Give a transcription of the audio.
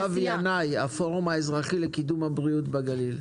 חובב ינאי, הפורום האזרחי לקידום הבריאות בגליל.